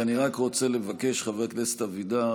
ואני רק רוצה לבקש, חבר הכנסת אבידר.